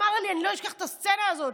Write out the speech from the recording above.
אני לא אשכח את הסצנה הזאת,